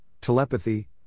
telepathy